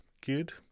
good